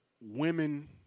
women